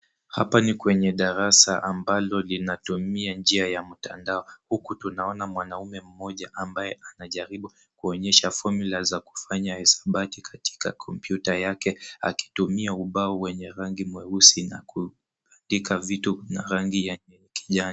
Hapa ni kwenye darasa ambalo lina tumia njia ya mtandao. Huku tunaona mwanamme mmoja ambaye anajaribu kuonyesha [cs ] formula[cs ] za kufanya hisabati katika kompyuta yake akitumia ubao wenye rangi mweusi na kuandika vitu na rangi ya kijani.